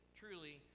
truly